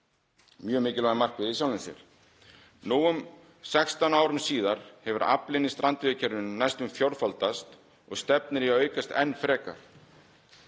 mjög mikilvæg markmið í sjálfu sér. Nú 16 árum síðar hefur aflinn í strandveiðikerfinu næstum fjórfaldast og stefnir í að aukast enn frekar.